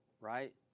right